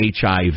HIV